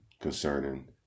concerning